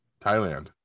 thailand